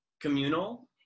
communal